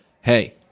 hey